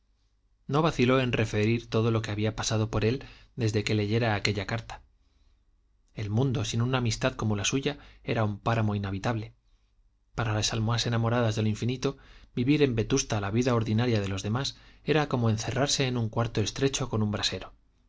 no vaciló en referir todo lo que había pasado por él desde que leyera aquella carta el mundo sin una amistad como la suya era un páramo inhabitable para las almas enamoradas de lo infinito vivir en vetusta la vida ordinaria de los demás era como encerrarse en un cuarto estrecho con un brasero